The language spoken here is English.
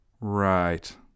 Right